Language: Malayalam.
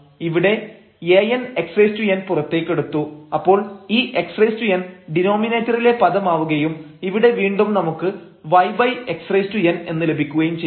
ഇവിടെ an xn പുറത്തേക്കെടുത്തു അപ്പോൾ ഈ xn ഡിനോമിനേറ്ററിലെ പദം ആവുകയും ഇവിടെ വീണ്ടും നമുക്ക് yxn എന്ന് ലഭിക്കുകയും ചെയ്യും